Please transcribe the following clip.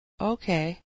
okay